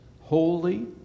holy